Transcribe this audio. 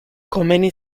komeni